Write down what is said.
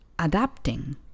adapting